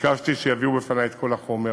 ביקשתי שיביאו בפני את כל החומר